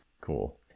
Cool